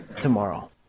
tomorrow